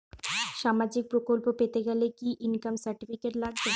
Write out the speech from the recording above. সামাজীক প্রকল্প পেতে গেলে কি ইনকাম সার্টিফিকেট লাগবে?